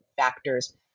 factors